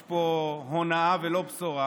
יש פה הונאה ולא בשורה.